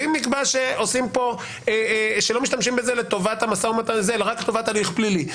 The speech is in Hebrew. ואם נקבע שלא משתמשים בזה לטובת המשא-ומתן הזה אלא רק לטובת הליך פלילי,